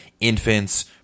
infants